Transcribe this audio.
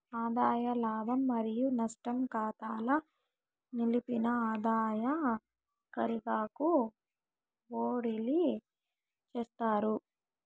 ఆదాయ లాభం మరియు నష్టం కాతాల నిలిపిన ఆదాయ కారిగాకు ఓడిలీ చేస్తారు